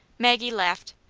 maggie laughed.